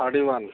thirty one